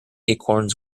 acorns